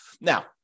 Now